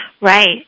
Right